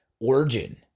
origin